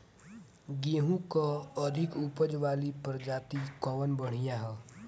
गेहूँ क अधिक ऊपज वाली प्रजाति कवन बढ़ियां ह?